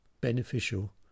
beneficial